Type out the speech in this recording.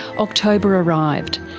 october arrived,